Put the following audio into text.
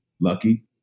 lucky